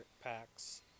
packs